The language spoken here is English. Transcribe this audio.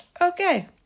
Okay